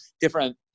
different